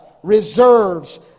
Reserves